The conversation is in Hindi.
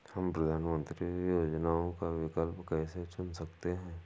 हम प्रधानमंत्री योजनाओं का विकल्प कैसे चुन सकते हैं?